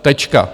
Tečka.